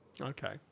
Okay